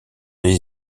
les